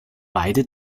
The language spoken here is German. beide